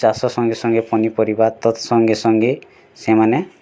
ଚାଷ ସଙ୍ଗେ ସଙ୍ଗେ ପନିପରିବା ତତ୍ ସଙ୍ଗେ ସଙ୍ଗେ ସେମାନେ